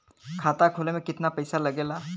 खाता खोले में कितना पईसा लगेला?